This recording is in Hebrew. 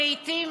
ולעיתים,